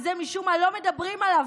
ועל זה משום מה לא מדברים היום,